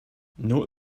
note